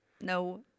No